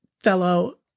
fellow